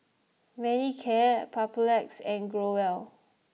Manicare Papulex and Growell